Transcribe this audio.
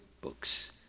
books